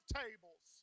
tables